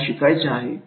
काय शिकायचे आहे